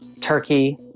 turkey